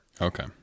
Okay